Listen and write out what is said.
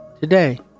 today